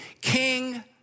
King